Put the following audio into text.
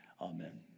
Amen